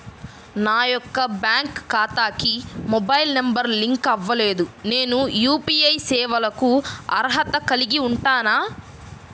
నా యొక్క బ్యాంక్ ఖాతాకి మొబైల్ నంబర్ లింక్ అవ్వలేదు నేను యూ.పీ.ఐ సేవలకు అర్హత కలిగి ఉంటానా?